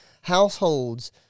households